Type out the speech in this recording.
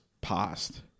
past